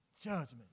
judgment